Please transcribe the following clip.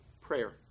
prayer